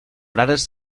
frares